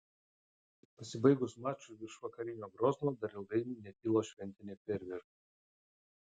pasibaigus mačui virš vakarinio grozno dar ilgai netilo šventiniai fejerverkai